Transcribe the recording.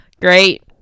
great